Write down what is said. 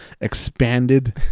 expanded